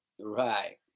Right